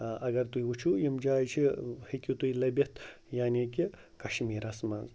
اگر تُہۍ وٕچھُو یِم جایہِ چھِ ہیٚکِو تُہۍ لٔبِتھ یعنی کہِ کَشمیٖرَس منٛز